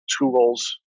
tools